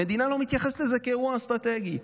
המדינה לא מתייחסת לזה כאירוע אסטרטגי.